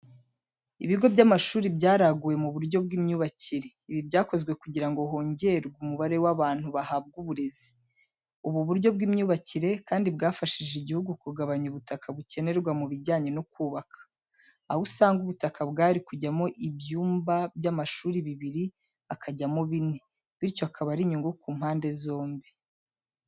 Ibigo by’amashuri byaraguwe mu buryo bw’imyubakire, ibi byakozwe kugira ngo hongerwe umubare w’abantu bahabwa uburezi. Ubu uburyo bw’imyubakire, kandi bwafashije igihugu kugabanya ubutaka bukenerwa mu bijyanye no kubaka. Aho usanga ubutaka bwari kujyamo ibyumba by’amashuri bibiri hakajyamo bine, bityo akaba ari inyungu ku mpande zombi.